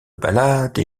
ballades